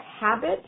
habit